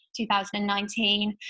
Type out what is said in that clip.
2019